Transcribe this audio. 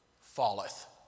falleth